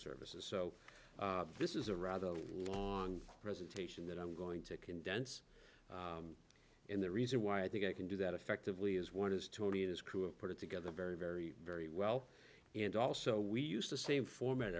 services so this is a rather long presentation that i'm going to condense and the reason why i think i can do that effectively is one is tony and his crew have put it together very very very well and also we use the same format